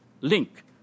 link